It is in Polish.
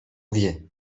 wie